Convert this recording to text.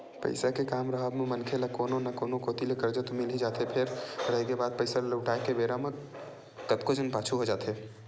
पइसा के काम राहब म मनखे ल कोनो न कोती ले करजा तो मिल ही जाथे फेर रहिगे बात पइसा ल लहुटाय के बेरा म कतको झन पाछू हो जाथे